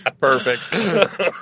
Perfect